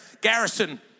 garrison